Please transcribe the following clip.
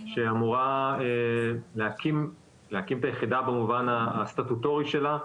שאמורה להקים את היחידה במובן הסטטוטורי שלה,